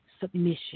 submission